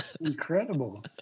Incredible